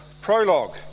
prologue